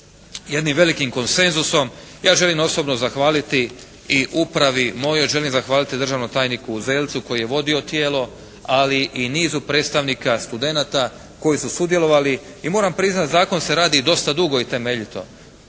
jednim velikim konsenzusom. Ja želim osobno zahvaliti i upravi mojoj, želim zahvaliti državnom tajniku Uzelcu koji je vodio tijelo, ali i nizu predstavnika studenata koji su sudjelovali i moram priznati Zakon se radi dosta dugo i temeljito.